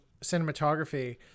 cinematography